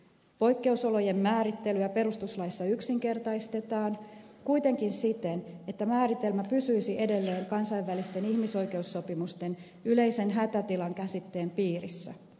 poikkeusolojen määrittelyä perustuslaissa yksinkertaistetaan kuitenkin siten että määritelmä pysyisi edelleen kansainvälisten ihmisoikeussopimusten yleisen hätätilan käsitteen piirissä